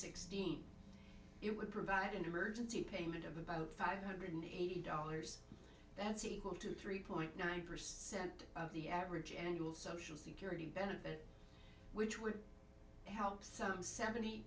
sixteen it would provide an emergency payment of about five hundred eighty dollars that's equal to three point nine percent of the average annual social security benefit which will help some seventy